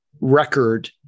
record